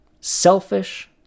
selfish